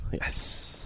Yes